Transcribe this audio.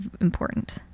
important